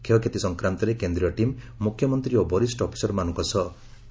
କ୍ଷୟକ୍ଷତି ସଂକ୍ରାନ୍ତରେ କେନ୍ଦ୍ରୀୟ ଟିମ୍ ମୁଖ୍ୟମନ୍ତ୍ରୀ ଓ ବରିଷ୍ଣ ଅଫିସରମାନଙ୍କ ସହ ଆଲୋଚନା କରିବେ